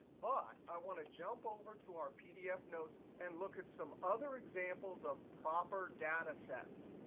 but i want to jump over to our pdf notes and look at some other examples of proper data sets.